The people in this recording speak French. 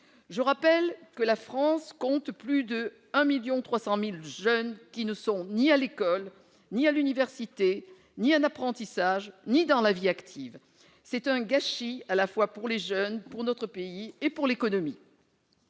Je rappelle que la France compte plus de 1,3 million de jeunes qui ne sont ni à l'école, ni à l'université, ni en apprentissage, ni dans la vie active. C'est un gâchis à la fois pour les jeunes, pour notre pays et pour l'économie.